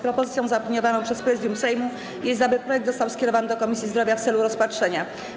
Propozycją zaopiniowaną przez Prezydium Sejmu jest, aby projekt ustawy został skierowany do Komisji Zdrowia w celu rozpatrzenia.